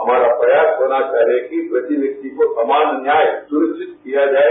हमारा प्रयास होना चाहिए कि प्रति व्यक्ति समान न्याय सनिश्चित किया जाये